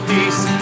Peace